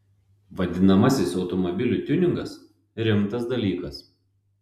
vadinamasis automobilių tiuningas rimtas dalykas